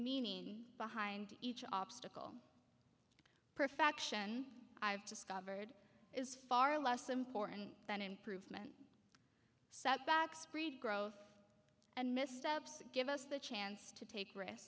meaning behind each obstacle perfection i've discovered is far less important than improvement setbacks great growth and missteps give us the chance to take risk